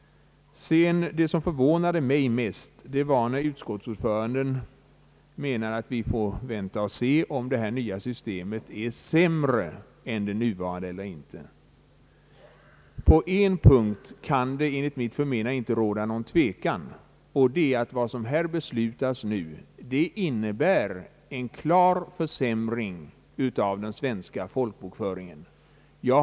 Det som förvånade mig mest var att utskottets ordförande menade, att vi får vänta och se om det nya systemet är sämre än det nuvarande eller inte. På den punkten kan det inte råda någon tvekan. Vad som här nu kommer att beslutas innebär en klar försämring av den svenska folkbokföringen.